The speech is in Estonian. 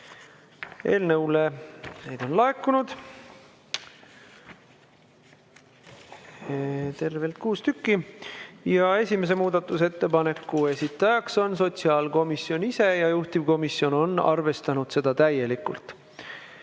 on neid laekunud tervelt kuus tükki. Esimese muudatusettepaneku esitaja on sotsiaalkomisjon ise ja juhtivkomisjon on arvestanud seda täielikult.